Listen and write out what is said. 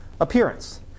appearance